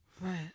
Right